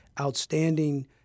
outstanding